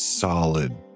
solid